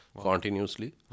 continuously